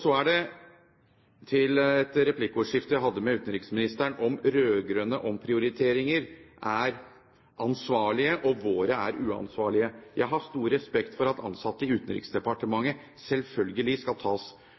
Så til et replikkordskifte jeg hadde med utenriksministeren om hvorvidt de rød-grønnes omprioriteringer er ansvarlige og våre er uansvarlige. Jeg har selvfølgelig stor respekt for at ansatte i